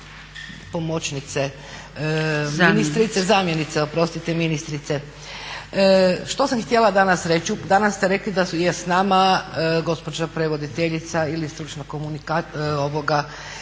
pomoćnice ministrice, zamjenice oprostite ministrice. Što sam htjela danas reći? Danas ste rekli da je sa nama gospođa prevoditeljica ili stručna za znakovni